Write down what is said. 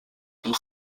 been